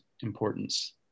importance